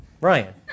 Ryan